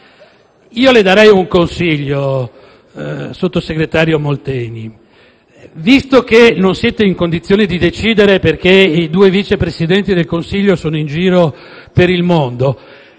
Io le darei un consiglio, sottosegretario Molteni: visto che non siete in condizioni di decidere perché i due Vice Presidenti del Consiglio sono in giro per il mondo,